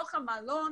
שבתוך המלון